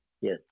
Yes